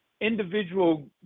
individual